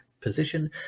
position